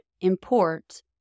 import